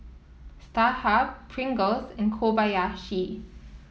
Starhub Pringles and Kobayashi